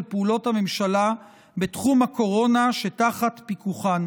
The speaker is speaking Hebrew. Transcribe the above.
פעולות הממשלה בתחום הקורונה שתחת פיקוחה.